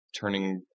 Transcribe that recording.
turning